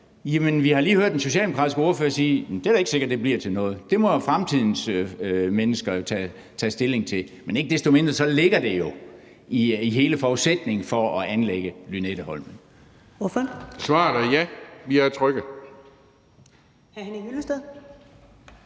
Jamen vi har lige hørt den socialdemokratiske ordfører sige, at det da ikke er sikkert, det bliver til noget, og at det må fremtidens mennesker tage stilling til. Men ikke desto mindre ligger det jo i hele forudsætningen for at anlægge Lynetteholmen. Kl. 19:08 Første